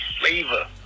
flavor